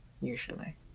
usually